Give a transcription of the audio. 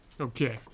Okay